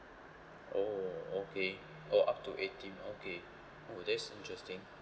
oh okay oh up to eighteen okay oh that's interesting